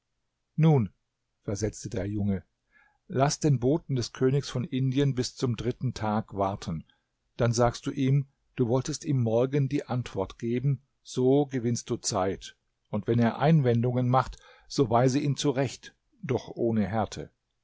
nun versetzte der junge laß den boten des königs von indien bis zum dritten tag warten dann sagst du ihm du wolltest ihm morgen die antwort geben so gewinnst du zeit und wenn er einwendungen macht so weise ihn zurecht doch ohne härte